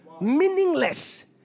meaningless